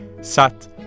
sat